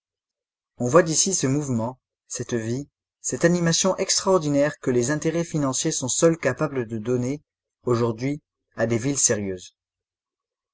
on voit d'ici ce mouvement cette vie cette animation extraordinaire que les intérêts financiers sont seuls capables de donner aujourd'hui à des villes sérieuses